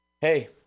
Hey